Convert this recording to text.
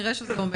נראה אם זה עומד.